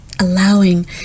allowing